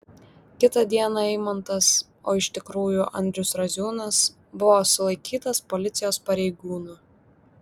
kitą dieną eimantas o iš tikrųjų andrius raziūnas buvo sulaikytas policijos pareigūnų